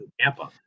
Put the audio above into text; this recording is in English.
Tampa